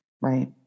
right